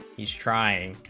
is trying